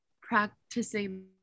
practicing